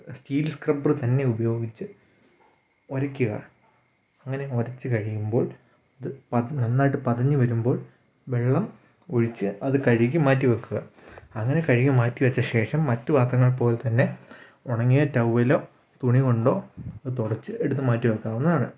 steel scrubber തന്നെ ഉപയോഗിച്ച് ഉരയ്ക്ക്ക അങ്ങനെ ഉരച്ച് കഴിയുമ്പോൾ ഇത് പത നന്നായിട്ട് പതഞ്ഞ് വരുമ്പോൾ വെള്ളം ഒഴിച്ച് അത് കഴുകി മാറ്റി വെക്കുക അങ്ങനെ കഴുകി മാറ്റിവച്ച ശേഷം മറ്റു പാത്രങ്ങളെപ്പോലെത്തന്നെ ഉണങ്ങിയ ടവ്വലോ തുണികൊണ്ടോ അത് തുടച്ച് എടുത്ത് മാറ്റിവെക്കാവുന്നതാണ്